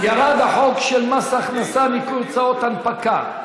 ירד החוק של מס הכנסה (ניכוי הוצאות הנפקה).